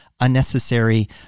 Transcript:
unnecessary